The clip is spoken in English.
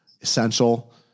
essential